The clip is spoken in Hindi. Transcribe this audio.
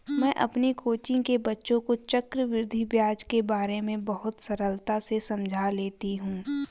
मैं अपनी कोचिंग के बच्चों को चक्रवृद्धि ब्याज के बारे में बहुत सरलता से समझा लेती हूं